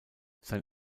sein